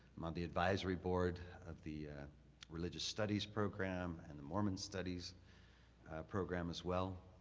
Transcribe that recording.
on the advisory board of the religious studies program and the mormon studies program as well.